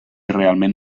realment